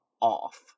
off